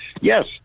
yes